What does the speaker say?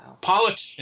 Politics